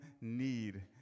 need